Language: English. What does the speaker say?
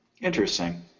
Interesting